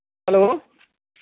hello